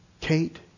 Kate